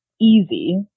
easy